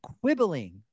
quibbling